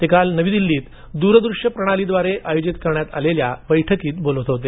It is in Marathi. ते काल नवी दिल्लीत दूरदृष्य प्रणालीद्वारे आयोजित करण्यात आलेल्या बैठकीत बोलत होते